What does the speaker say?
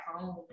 home